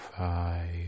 Five